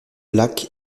lac